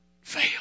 fail